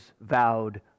vowed